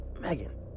Megan